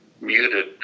muted